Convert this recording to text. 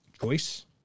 choice